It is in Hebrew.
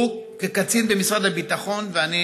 הוא כקצין במשרד הביטחון ואני